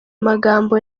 magambo